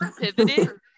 pivoted